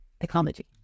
technology